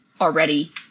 already